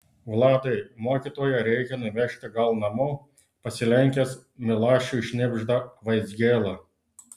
vladai mokytoją reikia nuvežti gal namo pasilenkęs milašiui šnibžda vaizgėla